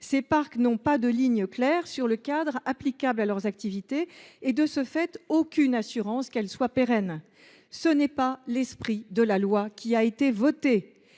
ces parcs n’ont pas de ligne claire sur le cadre applicable à leurs activités et n’ont, de ce fait, aucune assurance que celles ci soient pérennes. Ce n’est pas l’esprit de la loi qui a été votée.